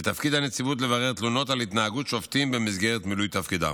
ותפקיד הנציבות לברר תלונות על התנהגות שופטים במסגרת מילוי תפקידם.